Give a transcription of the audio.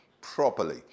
properly